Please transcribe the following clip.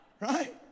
Right